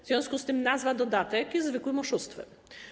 W związku z tym nazwa „dodatek” jest zwykłym oszustwem.